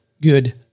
good